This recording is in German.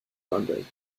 mandeln